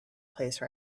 place